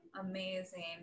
amazing